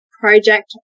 project